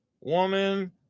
woman